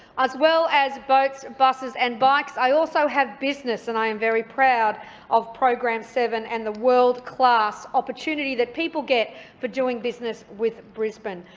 as well as boats, buses and bikes, i also have business, and i am very proud of program seven and the world-class opportunity that people get for doing business with brisbane.